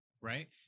Right